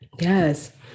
Yes